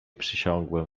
przysiągłem